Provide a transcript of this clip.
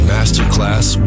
Masterclass